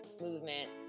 movement